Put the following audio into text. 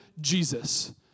Jesus